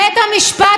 בית המשפט,